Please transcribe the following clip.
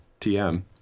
TM